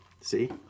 See